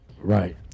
Right